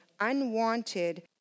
unwanted